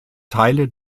teile